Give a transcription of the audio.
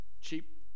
cheap